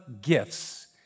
gifts